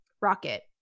Rocket